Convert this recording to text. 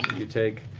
you take